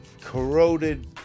corroded